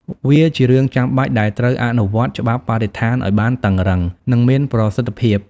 វាជារឿងចាំបាច់ដែលត្រូវ អនុវត្តច្បាប់បរិស្ថានឲ្យបានតឹងរ៉ឹង និងមានប្រសិទ្ធភាព។